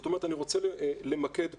אני רוצה למקד פה.